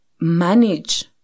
Manage